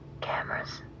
cameras